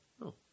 No